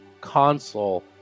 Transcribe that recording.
console